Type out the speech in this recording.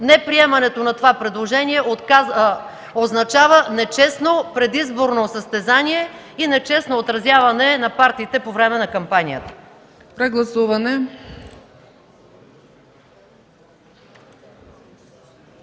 неприемането на това предложение означава нечестно предизборно състезание и нечестно отразяване на партиите по време на кампанията. ПРЕДСЕДАТЕЛ